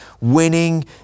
winning